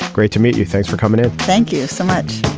great to meet you. thanks for coming in. thank you so much